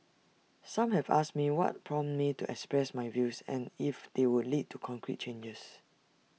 some have asked me what prompted me to express my views and if they would lead to concrete changes